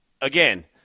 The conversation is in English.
again